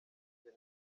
gen